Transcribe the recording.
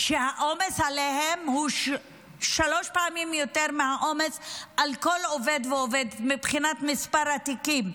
שהעומס עליהם הוא פי שלושה מהעומס על כל עובד ועובד מבחינת מספר התיקים.